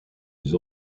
les